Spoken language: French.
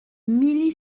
milly